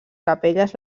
capelles